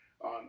on